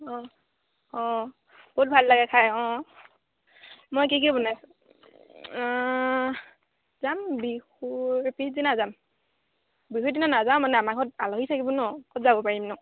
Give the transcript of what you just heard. অঁ অঁ বহুত ভাল লাগে খাই অঁ মই কি কি বনাইছোঁ যাম বিহুৰ পিছদিনা যাম বিহুৰ দিনা নাযাওঁ মানে আমাৰ ঘৰত আলহী থাকিব নহ্ ক'ত যাব পাৰিমনো